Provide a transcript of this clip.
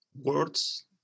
words